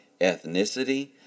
ethnicity